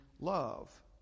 love